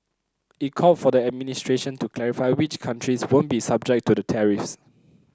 it called for the administration to clarify which countries won't be subject to the tariffs